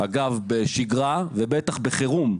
בכלל בשגרה ובפרט בחירום,